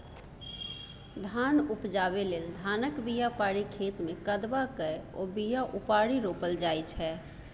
धान उपजाबै लेल धानक बीया पारि खेतमे कदबा कए ओ बीया उपारि रोपल जाइ छै